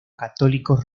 católicos